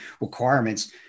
requirements